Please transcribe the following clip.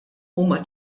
huma